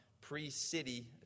pre-city